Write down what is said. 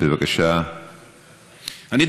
אני,